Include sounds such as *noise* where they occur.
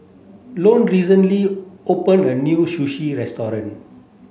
*unintelligible* recently open a new Sushi *unintelligible*